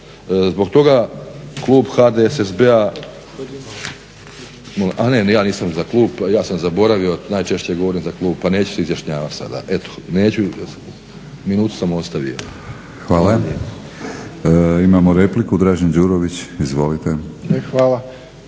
Zbog toga klub HDSSB-a, a ne ja nisam za klub, ja sam zaboravio, najčešće govorim za klub, pa neću se izjašnjavati sada. Eto neću, minutu sam ostavio. **Batinić, Milorad (HNS)** Hvala. Imamo repliku, Dražen Đurović. Izvolite.